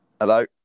Hello